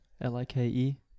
L-I-K-E